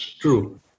True